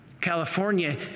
California